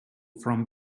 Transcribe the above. from